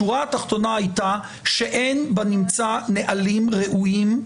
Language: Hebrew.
השורה התחתונה הייתה שאין בנמצא נהלים ראויים,